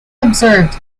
observed